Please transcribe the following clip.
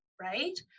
right